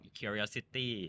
curiosity